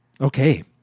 Okay